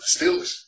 Steelers